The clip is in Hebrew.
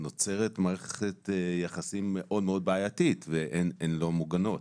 נוצרת מערכת יחסים מאוד מאוד בעייתית והן לא מוגנות.